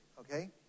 okay